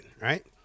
right